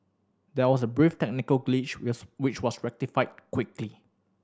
there was a brief technical glitch which was rectified quickly